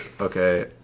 okay